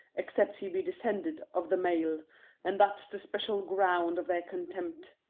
except he be descended of the male and that's the special ground of their contempt,